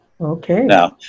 Okay